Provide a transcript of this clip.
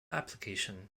application